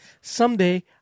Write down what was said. Someday